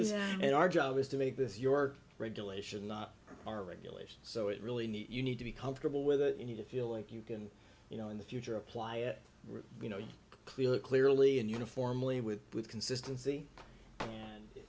it our job is to make this york regulation not our regulations so it really need you need to be comfortable with it you need to feel like you can you know in the future apply it you know clearly clearly and uniformly with consistency and